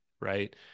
right